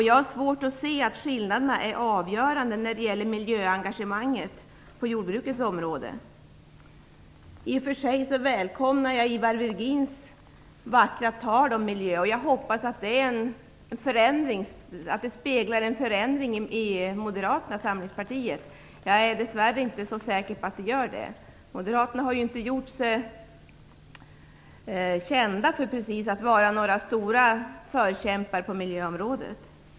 Jag har svårt att se att skillnaderna är avgörande i fråga om miljöengagemanget på jordbrukets område. I och för sig välkomnar jag Ivar Virgins vackra tal om miljö. Jag hoppas att det talet speglar en förändring i Moderata samlingspartiet. Jag är dess värre inte så säker på att det gör det. Moderaterna har inte gjort sig kända för att vara några stora förkämpar på miljöområdet.